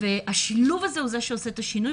השילוב הוא זה שעושה את השינוי.